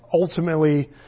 ultimately